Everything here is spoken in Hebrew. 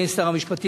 אדוני שר המשפטים,